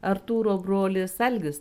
artūro brolis algis